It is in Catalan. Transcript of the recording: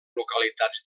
localitats